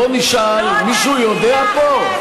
בואו נשאל, מישהו יודע פה?